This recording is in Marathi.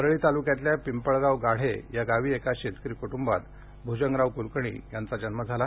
परळी ताल्क्यातील पिंपळगाव गाढे या गावी एका शेतकरी क्ट्बात भ्जंगराव क्लकर्णी यांचा जन्म झाला